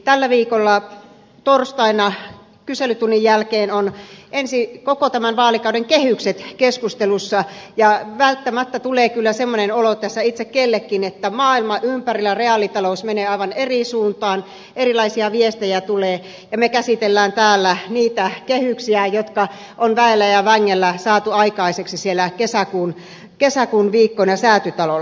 tällä viikolla torstaina kyselytunnin jälkeen ovat koko tämän vaalikauden kehykset keskustelussa ja välttämättä tulee kyllä semmoinen olo tässä itse kullekin että maailma ympärillä ja reaalitalous menevät aivan eri suuntaan erilaisia viestejä tulee ja me käsittelemme täällä niitä kehyksiä jotka on väellä ja vängällä saatu aikaiseksi kesäkuun viikkoina säätytalolla